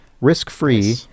risk-free